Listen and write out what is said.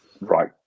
right